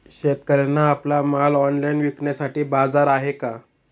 शेतकऱ्यांना आपला माल ऑनलाइन विकण्यासाठी बाजार आहे का?